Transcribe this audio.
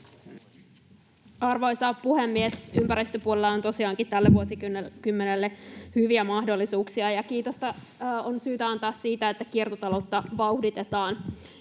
Arvoisa puhemies! Ympäristöpuolella on tosiaankin tälle vuosikymmenelle hyviä mahdollisuuksia, ja kiitosta on syytä antaa siitä, että kiertotaloutta vauhditetaan,